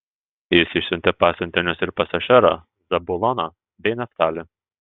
jis išsiuntė pasiuntinius ir pas ašerą zabuloną bei neftalį